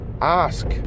ask